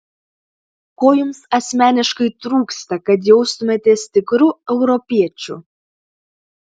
ko jums asmeniškai trūksta kad jaustumėtės tikru europiečiu